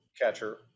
catcher